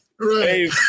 right